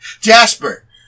Jasper